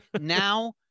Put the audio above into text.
Now